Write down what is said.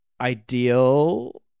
ideal